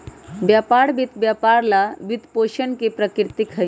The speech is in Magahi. व्यापार वित्त व्यापार ला वित्तपोषण के प्रतीक हई,